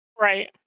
Right